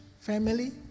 family